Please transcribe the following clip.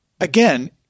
again